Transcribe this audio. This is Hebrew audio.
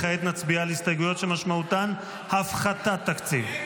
כעת נצביע על הסתייגויות שמשמעותן הפחתת תקציב.